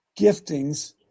giftings